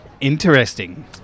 Interesting